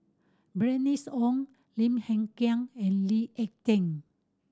Bernice Ong Lim Hng Kiang and Lee Ek Tieng